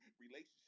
relationship